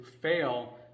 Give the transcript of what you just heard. fail